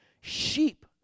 sheep